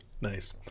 nice